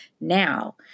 now